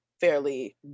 fairly